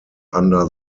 under